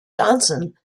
johnson